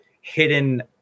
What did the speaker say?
hidden